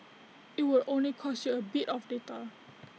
IT would only cost you A bit of data